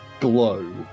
glow